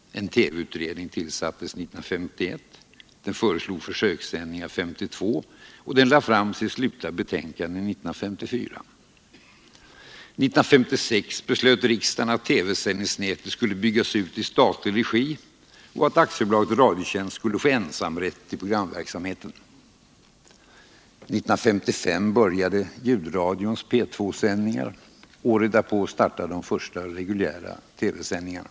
En TV-utredning tillsattes 1951. Denna föreslog försökssändningar 1952, och i oktober 1954 lade den fram sitt slutbetänkande. År 1955 började ljudradions P 2-sändningar. Året därpå startade de första reguljära TV-sändningarna.